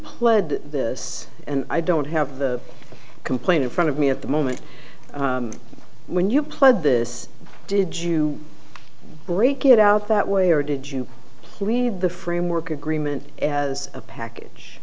pled this and i don't have the complaint in front of me at the moment when you played this did you break it out that way or did you clean the framework agreement as a package